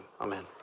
Amen